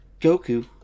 Goku